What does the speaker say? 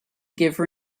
give